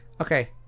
Okay